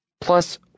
Plus